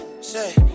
Say